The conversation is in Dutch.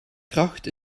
kracht